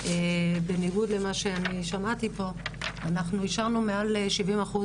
ומה התשובות, מה ההמלצות